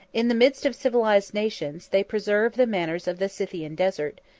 in the midst of civilized nations, they preserve the manners of the scythian desert,